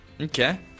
okay